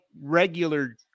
regular